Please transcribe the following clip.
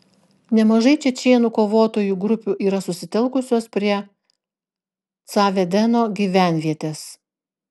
nemažai čečėnų kovotojų grupių yra susitelkusios prie ca vedeno gyvenvietės